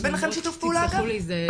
יש בינכם שיתוף פעולה גם?